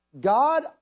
God